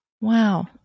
Wow